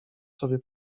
sobie